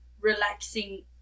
relaxing